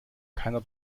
keiner